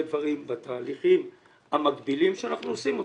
דברים בתהליכים המקבילים שאנחנו עושים אותם.